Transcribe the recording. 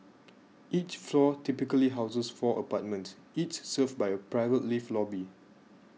each floor typically houses four apartments each served by a private lift lobby